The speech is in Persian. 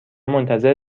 منتظر